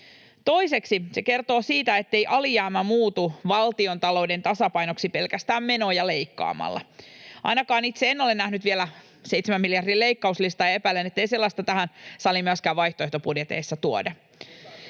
Toiseksi se kertoo siitä, ettei alijäämä muutu valtiontalouden tasapainoksi pelkästään menoja leikkaamalla. Ainakaan itse en ole nähnyt vielä 7 miljardin leikkauslistaa, ja epäilen, ettei sellaista tähän saliin myöskään vaihtoehtobudjeteissa tuoda.